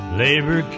labor